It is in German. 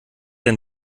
denn